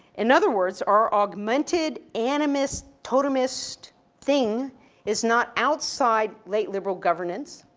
in other words our augmented, animist totemist thing is not outside late liberal governance.